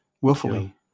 Willfully